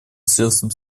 средством